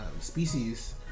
species